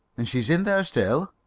and she's in there still?